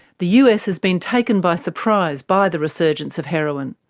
the us has been taken by surprise by the resurgence of heroin.